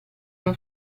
uno